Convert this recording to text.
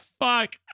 fuck